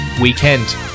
weekend